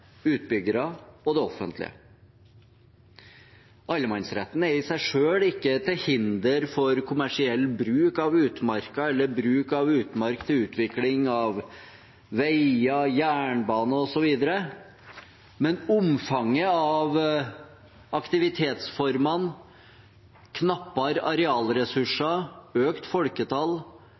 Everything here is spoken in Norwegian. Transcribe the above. utbyggere og det offentlige. Allemannsretten er i seg selv ikke til hinder for kommersiell bruk av utmarka eller bruk av utmark til utvikling av veier, jernbane osv., men omfanget av aktivitetsformene, knappere arealressurser, økt folketall,